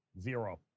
Zero